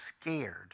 scared